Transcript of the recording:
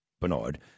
Bernard